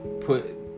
put